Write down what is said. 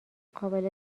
قابل